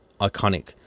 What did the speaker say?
iconic